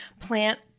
plant